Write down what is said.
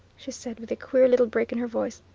she said with a queer little break in her voice,